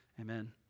amen